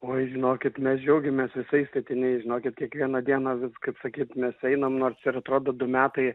oi žinokit mes džiaugiamės visais statiniais žinokit kiekvieną dieną vis kaip sakyt mes einam nors ir atrodo du metai